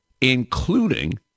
including